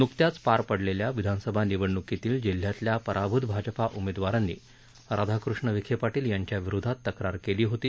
नुकत्याच पार पडलेल्या विधानसभा निवडणुकीतील जिल्ह्यातल्या पराभूत भाजपा उमेदवारांनी राधाकृष्ण विखे पाटील यांच्याविरोधात तक्रार केली होती